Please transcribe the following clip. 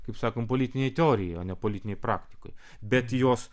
kaip sakom politinėje teorijoj o ne politinėj praktikoj bet jos